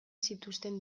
zituzten